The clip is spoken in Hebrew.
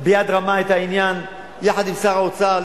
ביד רמה את העניין יחד עם שר האוצר.